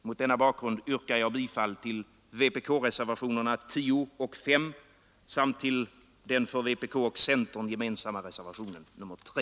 Mot denna bakgrund yrkar jag bifall till vpk-reservationerna 5 och 10 samt till den för vpk och centern gemensamma reservationen 3.